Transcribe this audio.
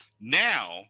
Now